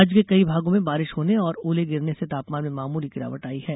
राज्य के कई भागों में बारिश होने और ओले गिरने से तापमान में मामूली गिरावट आई है